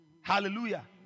Hallelujah